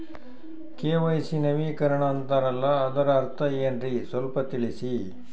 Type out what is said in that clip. KYC ನವೀಕರಣ ಅಂತಾರಲ್ಲ ಅದರ ಅರ್ಥ ಏನ್ರಿ ಸ್ವಲ್ಪ ತಿಳಸಿ?